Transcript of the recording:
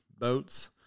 Boats